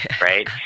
right